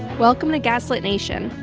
welcome to gaslit nation.